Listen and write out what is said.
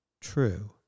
True